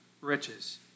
riches